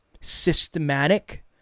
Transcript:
systematic